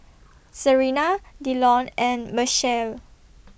Serina Dillon and Machelle